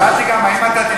שאלתי גם האם אתה,